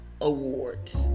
awards